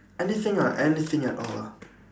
anything ah anything at all lah